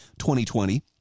2020